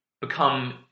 become